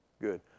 Good